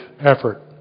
effort